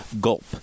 gulp